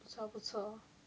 不错不错